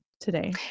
today